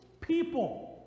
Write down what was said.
people